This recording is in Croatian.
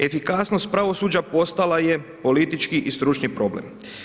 Efikasnost pravosuđa postala je politički i stručni problem.